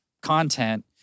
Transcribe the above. content